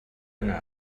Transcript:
yna